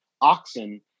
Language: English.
oxen